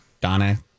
Donna